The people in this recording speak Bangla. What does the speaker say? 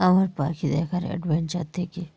আমার পাখি দেখার অ্যাডভেঞ্চার থেকে